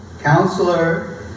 Counselor